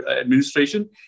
administration